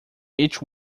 each